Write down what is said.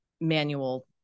manual